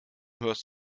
hörst